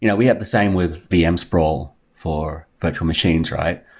you know we have the same with vm sprawl for virtual machines, right?